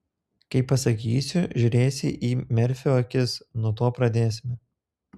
kai pasakysiu žiūrėsi į merfio akis nuo to pradėsime